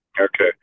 Okay